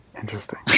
Interesting